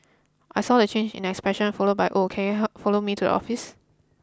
I saw the change in expression followed by oh can you help follow me to office